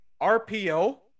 RPO